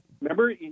Remember